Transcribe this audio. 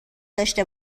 داشته